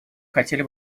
хотели